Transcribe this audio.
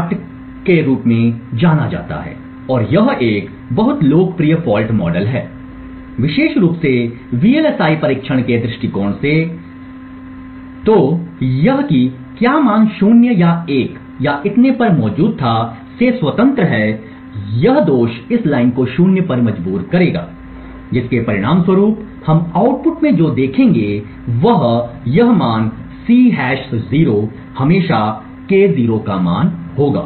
अटक के रूप में जाना जाता है और यह एक बहुत लोकप्रिय फॉल्ट मॉडल है विशेष रूप से वीएलएसआई परीक्षण के दृष्टिकोण से तो यह कि क्या मान 0 या 1 या इतने पर मौजूद था से स्वतंत्र है यह दोष इस लाइन को 0 पर मजबूर करेगा जिसके परिणामस्वरूप हम आउटपुट में जो देखेंगे वह है यह मान C हैश 0 हमेशा K0 का मान होगा